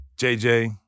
JJ